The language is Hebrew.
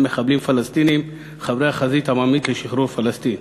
מחבלים פלסטינים חברי "החזית העממית לשחרור פלסטין".